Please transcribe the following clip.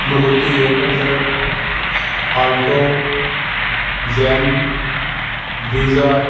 Maruti eight hundred alto zen Brezza